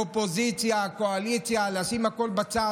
אופוזיציה, קואליציה, לשים הכול בצד.